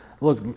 Look